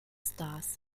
stars